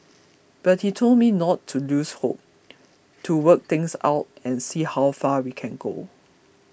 but he told me not to lose hope to work things out and see how far we can go